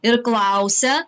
ir klausia